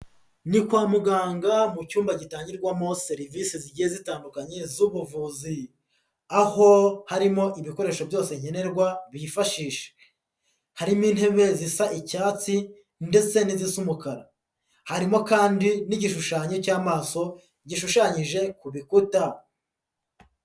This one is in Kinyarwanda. Ni kwa muganga mu cyumba gitangirwamo serivise zigiye zitandukanye z'ubuvuzi. Aho harimo ibikoresho byose nkenerwa bifashisha. Harimo intebe zisa icyatsi ndetse n'izisa umukara, harimo kandi n'igishushanyo cy'amaso gishushanyije ku bikuta.